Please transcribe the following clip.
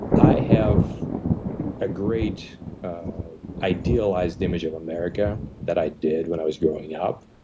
i have a great idealized image of america that i did when i was growing up,